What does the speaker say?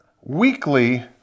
weekly